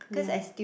ya